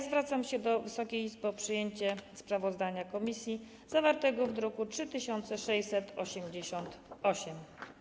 Zwracam się do Wysokiej Izby o przyjęcie sprawozdania komisji zawartego w druku nr 3688.